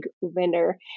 winner